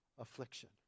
affliction